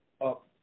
up